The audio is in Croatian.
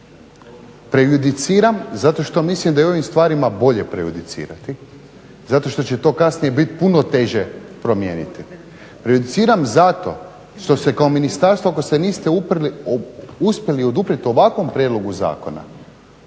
Prejudiciram zato što mislim da je o ovim stvarima bolje prejudicirati, zato što će to kasnije biti puno teže promijeniti. Prejudiciram zato što se kao ministarstvo, ako se niste uspjeli oduprijeti ovakvom prijedlogu zakona,